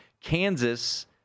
Kansas